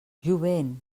jovent